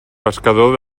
pescador